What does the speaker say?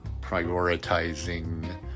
prioritizing